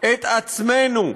את עצמנו,